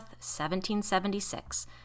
1776